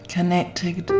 Connected